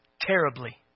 terribly